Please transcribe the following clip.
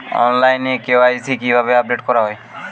অনলাইনে কে.ওয়াই.সি কিভাবে আপডেট করা হয়?